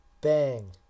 Bang